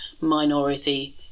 minority